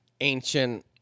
ancient